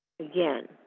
Again